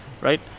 right